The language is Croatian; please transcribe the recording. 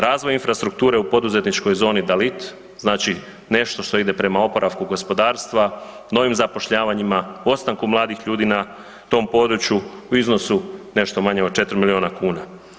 Razvoj infrastrukture u poduzetničkoj zoni Dalit, znači nešto što ide prema oporavku gospodarstva, novim zapošljavanjima, ostanku mladih ljudi na tom području u iznosu nešto manje od 4 miliona kuna.